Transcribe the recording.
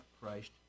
Christ